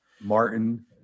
Martin